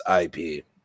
IP